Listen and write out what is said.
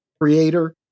Creator